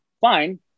fine